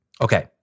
Okay